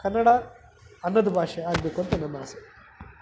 ಕನ್ನಡ ಅಂದದ ಭಾಷೆ ಆಗಬೇಕು ಅಂತ ನನ್ನ ಆಸೆ